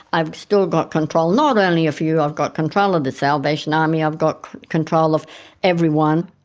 i've still got control, not only of you, i've got control of the salvation army, i've got control of everyone.